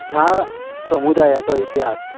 ह्या समुदायाचो इतिहास